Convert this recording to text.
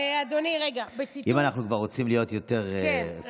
אדוני, אם אנחנו כבר רוצים להיות יותר רציניים,